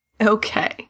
Okay